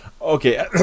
Okay